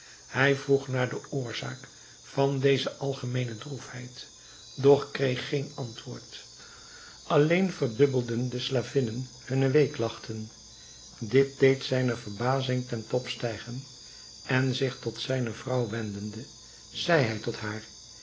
hij vroeg naar de oorzaak van deze algemeene droefheid doch kreeg geen antwoord alleen verdubbelden de slavinnen hunne weeklagten dit deed zijne verbazing ten top stijgen en zich tot zijne vrouw wendende zeide hij tot haar